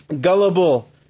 gullible